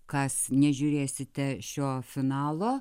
kas nežiūrėsite šio finalo